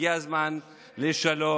הגיע הזמן לשלום,